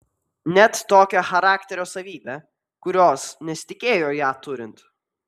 net tokią charakterio savybę kokios nesitikėjo ją turint